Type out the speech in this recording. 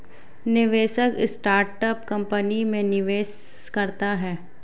निवेशक startup company में निवेश करता है